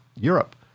Europe